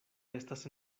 estas